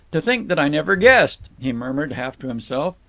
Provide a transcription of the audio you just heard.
to think that i never guessed! he murmured, half to himself.